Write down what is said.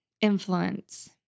influence